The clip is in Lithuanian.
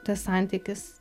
tas santykis